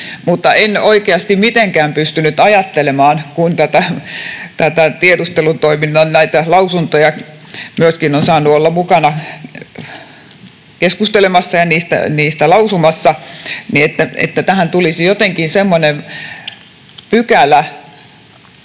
Mutta en oikeasti mitenkään pystynyt ajattelemaan, kun näistä tiedustelutoiminnan lausunnoista myöskin olen saanut olla mukana keskustelemassa ja siitä lausumassa, että tähän tulisi jotenkin semmoinen pykälä